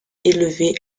élevé